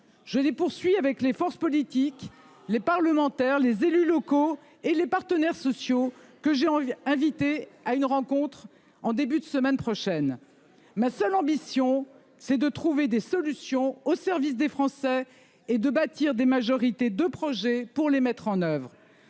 Je l'ai poursuit avec les forces politiques, les parlementaires, les élus locaux et les partenaires sociaux, que j'ai envie inviter à une rencontre en début de semaine prochaine. Ma seule ambition, c'est de trouver des solutions au service des Français et de bâtir des majorités de projet pour les mettre en oeuvre